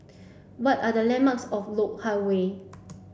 what are the landmarks of Lok Hang Way